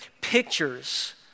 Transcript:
pictures